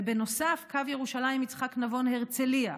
ובנוסף, קו ירושלים יצחק נבון הרצליה,